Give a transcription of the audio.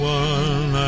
one